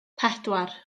pedwar